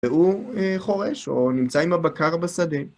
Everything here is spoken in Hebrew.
והוא חורש, או נמצא עם הבקר בשדה.